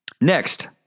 Next